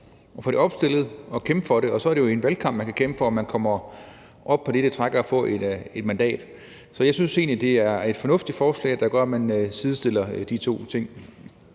at få det opstillet, så det kan kæmpe for det. Så er det jo i en valgkamp, det kan kæmpe for at komme op på at få et mandat. Så jeg synes egentlig, det er et fornuftigt forslag, at man sidestiller de to ting.